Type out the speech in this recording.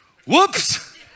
Whoops